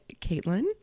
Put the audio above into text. Caitlin